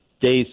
days